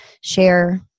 share